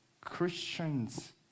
Christians